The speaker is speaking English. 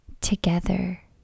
together